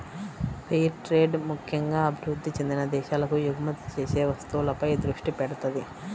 fair trade ముక్కెంగా అభివృద్ధి చెందిన దేశాలకు ఎగుమతి చేసే వస్తువులపై దృష్టి పెడతది